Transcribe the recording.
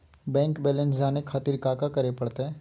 Bank balance जाने खातिर काका करे पड़तई?